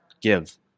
give